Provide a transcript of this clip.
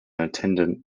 attendant